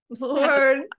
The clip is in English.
Lord